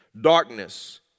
Darkness